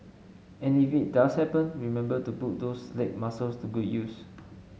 and if it does happen remember to put those leg muscles to good use